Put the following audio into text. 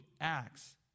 Acts